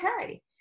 okay